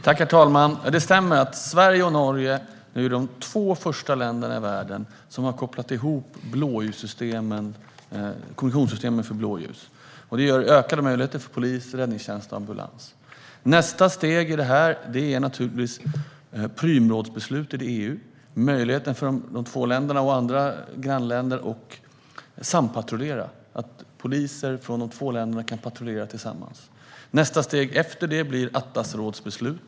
Herr talman! Ja, det stämmer att Sverige och Norge är de två första länderna i världen som har kopplat ihop kommunikationssystemen för blåljus. Det ger ökade möjligheter för polis, räddningstjänst och ambulans. Nästa steg i detta är naturligtvis Prümrådsbeslutet i EU. Det handlar om möjligheten för de här två länderna, och andra grannländer, att sampatrullera. Poliser från de två länderna kan patrullera tillsammans. Nästa steg efter det blir Atlasrådsbeslutet.